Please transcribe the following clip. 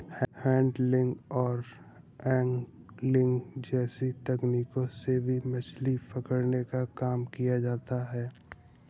handling और angling जैसी तकनीकों से भी मछली पकड़ने का काम किया जाता है